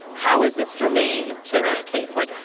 how is this germane to this case? like. yeah